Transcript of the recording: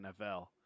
NFL